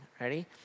ready